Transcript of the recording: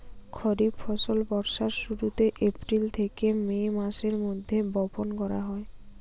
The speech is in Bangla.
খরিফ ফসল বর্ষার শুরুতে, এপ্রিল থেকে মে মাসের মধ্যে বপন করা হয়